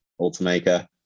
Ultimaker